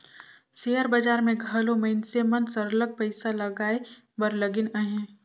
share बजार में घलो मइनसे मन सरलग पइसा लगाए बर लगिन अहें